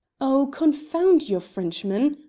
oh, confound your frenchman!